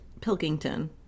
Pilkington